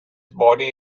body